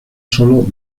solo